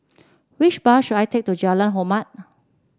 which bus should I take to Jalan Hormat